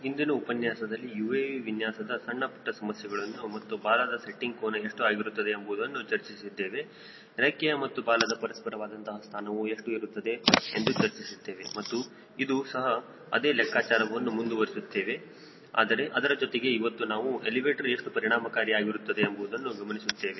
ಇಂದಿನ ಉಪನ್ಯಾಸದಲ್ಲಿ UAV ವಿನ್ಯಾಸದ ಸಣ್ಣಪುಟ್ಟ ಸಮಸ್ಯೆಗಳನ್ನು ಮತ್ತು ಬಾಲದ ಸೆಟ್ಟಿಂಗ್ ಕೋನ ಎಷ್ಟು ಆಗಿರುತ್ತದೆ ಎಂಬುವುದನ್ನು ಚರ್ಚಿಸಿದ್ದೇವೆ ರೆಕ್ಕೆಯ ಮತ್ತು ಬಾಲದ ಪರಸ್ಪರವಾದಂತಹ ಸ್ಥಾನವು ಎಷ್ಟು ಇರುತ್ತದೆ ಎಂದು ಚರ್ಚಿಸಿದ್ದೇವೆ ಮತ್ತು ಇಂದು ಸಹ ಅದೇ ಲೆಕ್ಕಾಚಾರವನ್ನು ಮುಂದುವರಿಸುತ್ತೇವೆ ಆದರೆ ಅದರ ಜೊತೆಗೆ ಇವತ್ತು ನಾವು ಎಲಿವೇಟರ್ ಎಷ್ಟು ಪರಿಣಾಮಕಾರಿ ಆಗಿರುತ್ತದೆ ಎಂಬುವುದನ್ನು ಗಮನಿಸುತ್ತೇವೆ